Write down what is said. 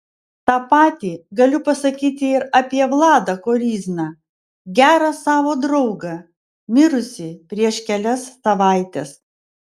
tą patį galiu pasakyti ir apie vladą koryzną gerą savo draugą mirusį prieš kelias savaites